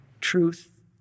Truth